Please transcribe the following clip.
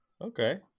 okay